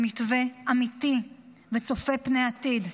במתווה אמיתי וצופה פני עתיד.